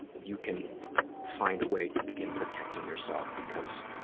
you can find a way to begin protecting yourself, because,